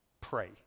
Pray